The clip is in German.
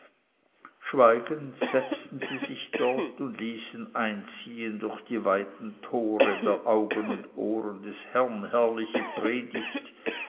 schweigend setzten sie sich dort und ließen einziehen durch die weiten tore der augen und ohren des herren herrliche predigt